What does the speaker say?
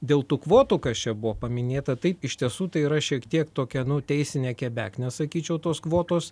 dėl tų kvotų kas čia buvo paminėta taip iš tiesų tai yra šiek tiek tokia nu teisinė kebeknė sakyčiau tos kvotos